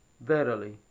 Verily